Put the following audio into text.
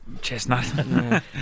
chestnut